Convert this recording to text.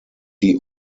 die